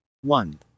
one